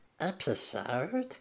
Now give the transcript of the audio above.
Episode